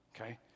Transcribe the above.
Okay